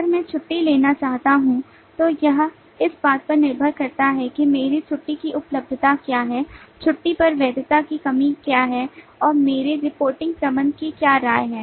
अगर मैं छुट्टी लेना चाहता हूं तो यह इस बात पर निर्भर करता है कि मेरी छुट्टी की उपलब्धता क्या है छुट्टी पर वैधता की कमी क्या है और मेरे रिपोर्टिंग प्रबंधक कि क्या राय है